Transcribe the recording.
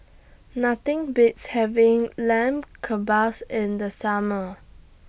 Nothing Beats having Lamb Kebabs in The Summer